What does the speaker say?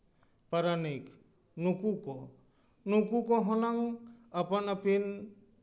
ᱯᱟᱨᱟᱱᱤᱠ ᱱᱩᱠᱩ ᱠᱚ ᱱᱩᱠᱩ ᱠᱚ ᱦᱩᱱᱟᱹᱝ ᱟᱯᱟᱱ ᱟᱹᱯᱤᱱ